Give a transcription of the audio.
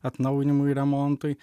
atnaujinimui remontui